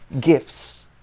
Gifts